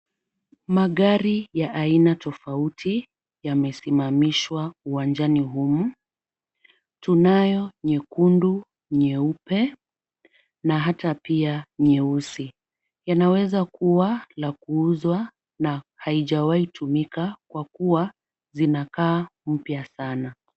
Magari ya aina tofauti yamesimamishwa uwanjani humu. Tunayo nyekundu, nyeupe na hata pia nyeusi. Yanaweza kuwa la kuuzwa na haijawai tumika kwa kuwa zinakaa mpya sana.